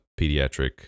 pediatric